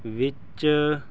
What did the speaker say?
ਵਿੱਚ